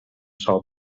sol